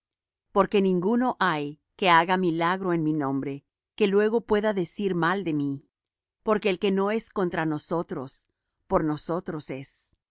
porque ninguno hay que haga milagro en mi nombre que luego pueda decir mal de mí porque el que no es contra nosotros por nosotros es